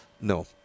no